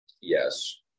yes